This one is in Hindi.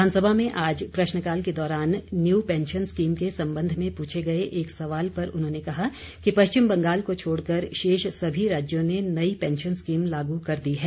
विधानसभा में आज प्रश्नकाल के दौरान न्यू पेंशन स्कीम के संबंध में पूछे गए एक सवाल पर उन्होंने कहा कि पश्चिम बंगाल को छोड़कर शेष सभी राज्यों ने नई पेंशन स्कीम लागू कर दी है